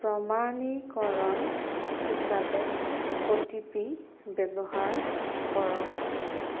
প্ৰমাণীকৰণ হিচাপে O T P ব্যৱহাৰ কৰক